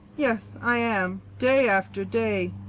yes, i am. day after day.